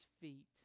feet